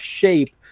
shape